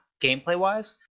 gameplay-wise